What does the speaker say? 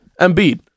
Embiid